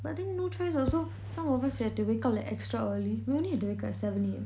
but then no choice also some of us have to wake up like extra early we only have to wake up at seven A_M